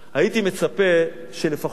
הייתי מצפה שלפחות